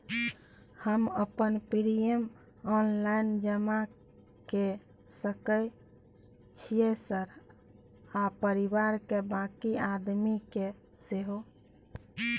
हम अपन premium online जमा के सके छियै सर आ परिवार के बाँकी आदमी के सेहो?